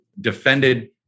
defended